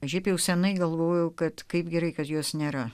šiaip jau seniai galvojau kad kaip gerai kad jos nėra